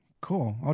cool